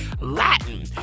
Latin